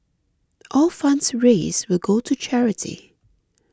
all funds raised will go to charity